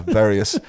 various